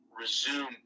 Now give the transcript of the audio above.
resume